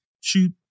Shoot